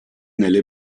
nelle